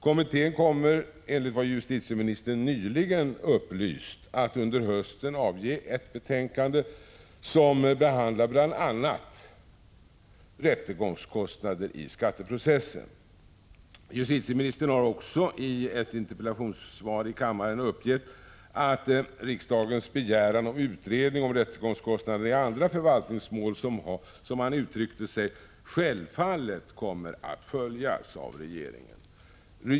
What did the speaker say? Kommittén kommer, enligt vad justitieministern nyligen upplyst, att under hösten avge ett betänkande som behandlar bl.a. rättegångskostnader i skatteprocessen. Justitieministern har också i ett interpellationssvar i kammaren uppgett att riksdagens begäran om utredning om rättegångskostnaderna i andra förvaltningsmål, som han uttryckte sig, självfallet kommer att följas av regeringen.